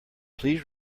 please